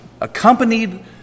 accompanied